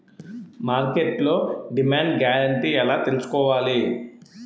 మార్కెట్లో demand guarantee ఎలా తెల్సుకోవాలి?